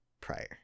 prior